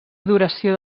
duració